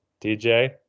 DJ